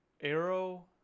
Arrow